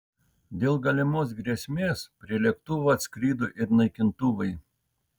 dėl galimos grėsmės prie lėktuvo atskrido ir naikintuvai